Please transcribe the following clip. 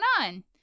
on